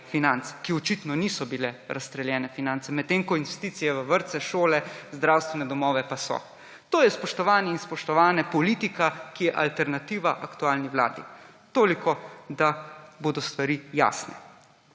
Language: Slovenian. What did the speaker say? ki očitno niso bile razstreljene finance, medtem ko investicije v vrtce, šole, zdravstvene domove pa so. To je, spoštovani in spoštovane politika, ki je alternativa aktualni vladi. Toliko, da bodo stvari jasne.